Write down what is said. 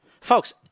Folks